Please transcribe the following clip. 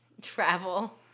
travel